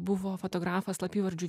buvo fotografas slapyvardžiu